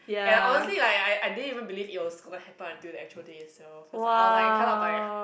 and honestly like I I didn't even believe it was gonna happen until the actual day itself cause like I was like kind of like